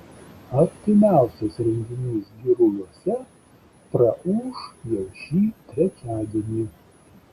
artimiausias renginys giruliuose praūš jau šį trečiadienį